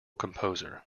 composer